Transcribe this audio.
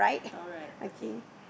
alright okay